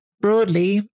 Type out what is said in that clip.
broadly